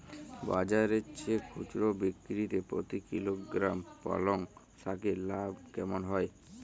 বাজারের চেয়ে খুচরো বিক্রিতে প্রতি কিলোগ্রাম পালং শাকে লাভ কেমন হয়?